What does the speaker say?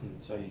mm 所以